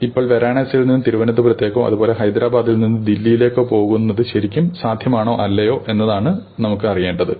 ഇപ്പോൾ വാരാണസിയിൽ നിന്ന് തിരുവനന്തപുരത്തേക്കോ അതേപോലെ ഹൈദരാബാദിൽ നിന്ന് ദില്ലിയിലേക്കോ പോകുന്നത് ശരിക്കും സാധ്യമാണോ അല്ലയോ എന്നതാണ് നമുക്ക് അറിയേണ്ടത്